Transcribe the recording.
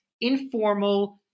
informal